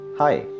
Hi